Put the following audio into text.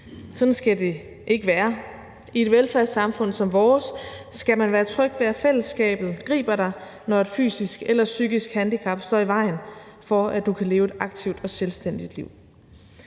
Sådan skal det ikke være. I et velfærdssamfund som vores skal man være tryg ved, at fællesskabet griber dig, når et fysisk eller psykisk handicap står i vejen for, at du kan leve et aktivt og selvstændigt liv.